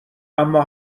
اما